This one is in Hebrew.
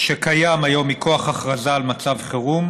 שקיים היום מכוח הכרזה על מצב חירום